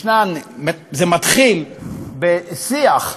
זה מתחיל בשיח,